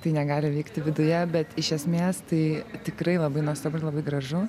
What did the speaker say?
tai negali vykti viduje bet iš esmės tai tikrai labai nuostabu ir labai gražu